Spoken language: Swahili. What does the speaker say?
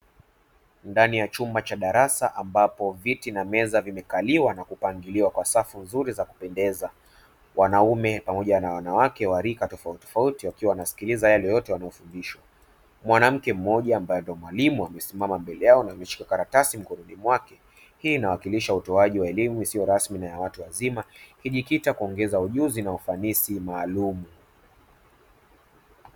Ndani ya chumba cha darasa ambapo viti na meza vimekaliwa na kupangiliwa kwa safu nzuri za kupendeza. Wanaume pamoja na wanawake wa rika tofautitofauti wakiwa wanasikiliza yale yote waliyofundishwa. Mwanamke mmoja ambaye ndiye mwalimu amesimama mbele yao na kushika karatasi mfukoni mwake. Hii inawakilisha utoaji wa elimu isiyo rasmi na ya watu wazima, ikijikita kuongeza ujuzi na ufanisi maalumu.